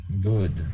good